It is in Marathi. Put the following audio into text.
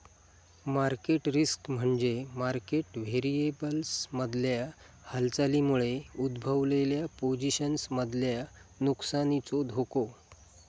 मार्केट रिस्क म्हणजे मार्केट व्हेरिएबल्समधल्या हालचालींमुळे उद्भवलेल्या पोझिशन्समधल्या नुकसानीचो धोको